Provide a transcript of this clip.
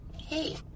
Hey